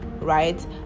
right